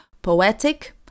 Poetic